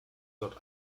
dort